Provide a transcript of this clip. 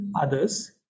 others